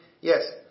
Yes